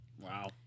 Wow